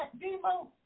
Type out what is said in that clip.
demo